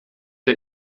der